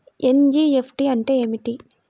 NEFT అంటే ఏమిటీ?